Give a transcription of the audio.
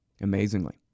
amazingly